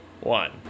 one